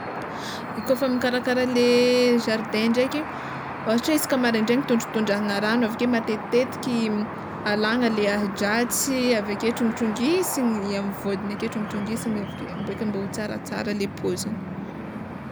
Kôfa mikarakara le jardin ndraiky, ôhatra isaka maraindraigny tondratondrahana rano avyke matetiteky alagna le ahidratsy aveke trongitrongisina amin'ny vôdiny ake trongitrongisiny aveke beka mbô tsaratsara le paoziny.